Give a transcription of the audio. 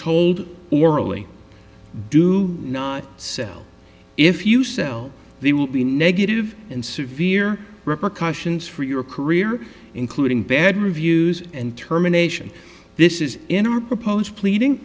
told orally do not sell if you sell they will be negative and severe repercussions for your career including bad reviews and terminations this is in our proposed pleading